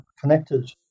connected